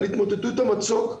על ההתמוטטות המצוק בפלמ"חים.